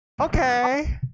Okay